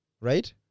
right